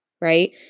right